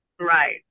Right